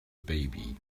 baby